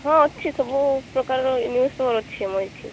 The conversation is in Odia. ହଁ ଅଛି ସବୁ ପ୍ରକାରର ନ୍ୟୁଜ ପେପର ଅଛି ଆମ ଏଇଠି